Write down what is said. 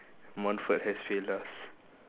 Montfort has failed us